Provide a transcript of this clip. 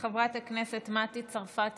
חברת הכנסת מטי צרפתי